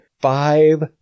five